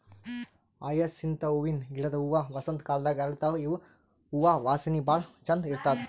hyacinth ಹೂವಿನ ಗಿಡದ್ ಹೂವಾ ವಸಂತ್ ಕಾಲದಾಗ್ ಅರಳತಾವ್ ಇವ್ ಹೂವಾ ವಾಸನಿ ಭಾಳ್ ಛಂದ್ ಇರ್ತದ್